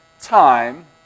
time